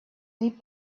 deep